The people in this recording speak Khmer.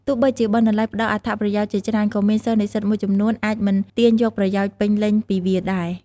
ទោះបីជាបណ្ណាល័យផ្ដល់អត្ថប្រយោជន៍ជាច្រើន ក៏មានសិស្សនិស្សិតមួយចំនួនអាចមិនទាញយកប្រយោជន៍ពេញលេញពីវាដែរ។